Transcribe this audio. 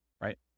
right